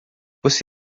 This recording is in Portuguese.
você